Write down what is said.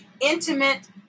intimate